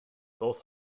both